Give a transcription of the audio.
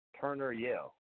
Turner-Yale